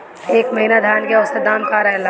एह महीना धान के औसत दाम का रहल बा?